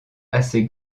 assez